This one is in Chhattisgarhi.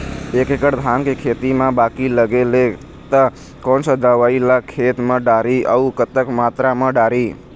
एक एकड़ धान के खेत मा बाकी लगे हे ता कोन सा दवई ला खेत मा डारी अऊ कतक मात्रा मा दारी?